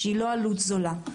שהיא לא עלות זולה.